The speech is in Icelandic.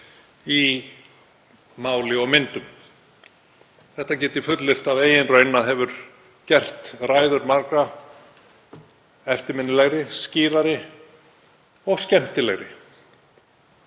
í máli og myndum. Þetta get ég fullyrt af eigin raun að hefur gert ræður margra eftirminnilegri, skýrari og skemmtilegri.